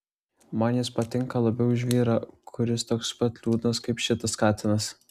man jis patinka labiau už vyrą kuris toks pat liūdnas kaip šitas katinas